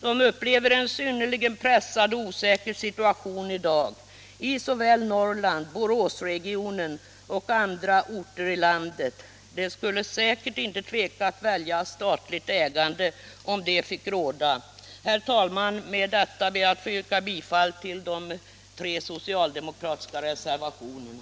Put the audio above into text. De upplever sin situation i dag såsom synnerligen pressande och osäker såväl i Norrland och Boråsregionen som på andra orter i landet. Om de fick råda, skulle de säkert inte tveka att välja ett statligt ägande. Herr talman! Med detta yrkar jag bifall till de tre socialdemokratiska reservationerna.